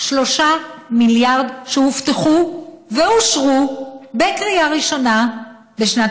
3 מיליארדים שהובטחו ואושרו בקריאה ראשונה בשנת